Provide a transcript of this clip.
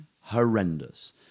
horrendous